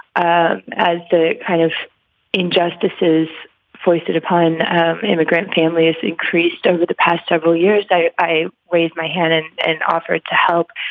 ah as the kind of injustices foisted upon immigrant families increased over the past several years, i i raised my hand and and offered to help.